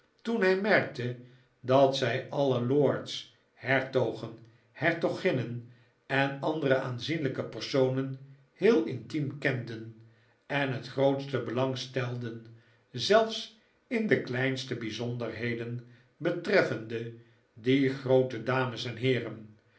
toen hij merkte dat zij alle lords hertogen hertoginnen en andere aanzienlijke personen heel intiem kenden en het grootste belang stelden zelfs in de kleinste bijzonderheden betreffende die groote dames en heeren